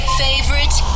favorite